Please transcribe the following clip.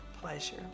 pleasure